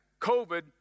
COVID